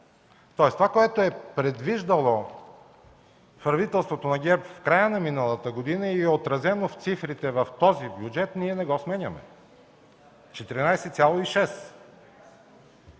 Тоест това, което е предвиждало правителството на ГЕРБ в края на миналата година и е отразено в цифрите в този бюджет, ние не го сменяме - 14,6.